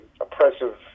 oppressive